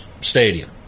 Stadium